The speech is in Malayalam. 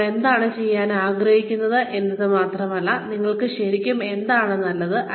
നിങ്ങൾ എന്താണ് ചെയ്യാൻ ആഗ്രഹിക്കുന്നത് എന്നത് മാത്രമല്ല നിങ്ങൾക്ക് ശരിക്കും എന്താണ് നല്ലതെന്ന്